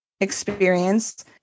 experience